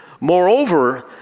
Moreover